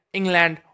England